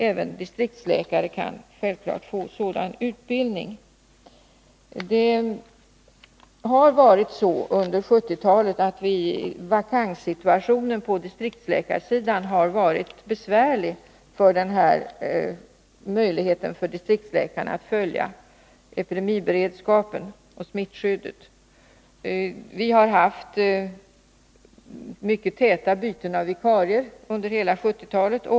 Även distriktsläkare bör självklart få utbildning genom de läkare som socialstyrelsen utbildar i epidemiberedskap. Under 1970-talet har vakanssituationen på distriktsläkarsidan gjort det besvärligt för distriktsläkarna att följa utvecklingen i fråga om epidemiberedskapen och smittskyddet. Vi har haft mycket täta byten av vikarier under hela 1970-talet.